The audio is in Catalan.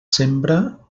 sembra